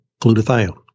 glutathione